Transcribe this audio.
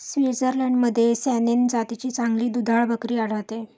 स्वित्झर्लंडमध्ये सॅनेन जातीची चांगली दुधाळ बकरी आढळते